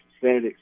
Senate